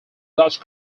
dutch